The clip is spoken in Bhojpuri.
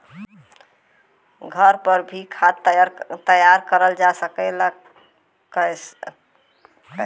घर पर भी खाद तैयार करल जा सकेला और कैसे?